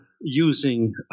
using